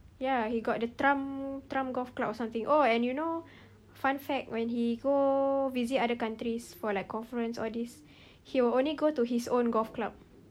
ya he got the trump trump golf club or something oh and you know fun fact when he go visit other countries for like conference all this he will only go to his own golf club